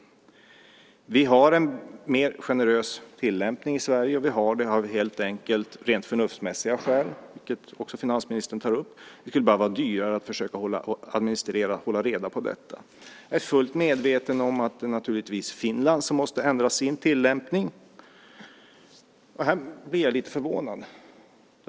Vi har en generös tillämpning i Sverige helt enkelt av rent förnuftsmässiga skäl, vilket även finansministern tar upp. Det skulle bara bli dyrare att försöka administrera och hålla reda på detta. Jag är fullt medveten om att det naturligtvis är Finland som måste ändra sin tillämpning, och här blir jag lite förvånad.